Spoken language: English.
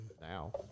Now